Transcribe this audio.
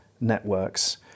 networks